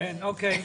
אוקיי.